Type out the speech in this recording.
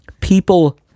people